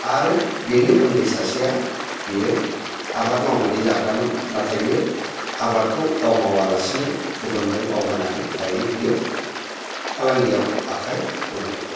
आरो बिनि उन्दै सासेया बियो आबाद मावनानै जाग्रामोन नाथाय बियो आबादखौ गाव मावालासिनो गुबुननो मावहोनानै दायो बियो फालांगियाव आखाइ होबाय